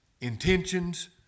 intentions